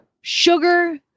sugar